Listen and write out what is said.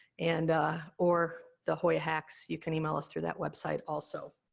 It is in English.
and or the hoya hacks, you could email us through that website, also.